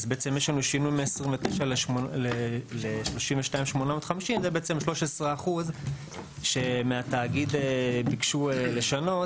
ואז בעצם 13% שמהתאגיד ביקשו לשנות,